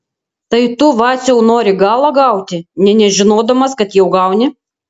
tai tu vaciau nori galą gauti nė nežinodamas kad jau gauni